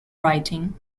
writing